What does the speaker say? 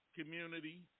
community